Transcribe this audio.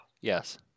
Yes